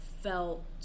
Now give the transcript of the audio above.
felt